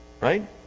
Right